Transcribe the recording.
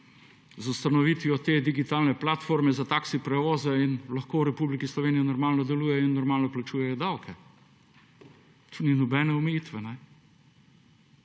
ustanovitvijo te digitalne platforme za taksi prevoze. In lahko v Republiki Sloveniji normalno delujejo in normalno plačujejo davke. Tu ni nobene omejitve.